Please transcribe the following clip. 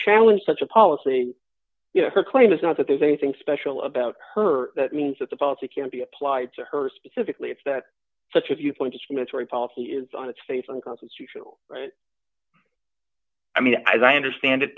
challenge such a policy you know her claim is not that there's anything special about her that means that the policy can be applied to her specifically it's that such a viewpoint is missouri policy is on its face and constitutional right i mean as i understand it